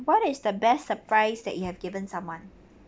what is the best surprise that you have given someone